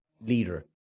leader